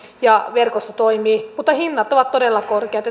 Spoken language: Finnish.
ja verkosto toimii mutta hinnat ovat todella korkeat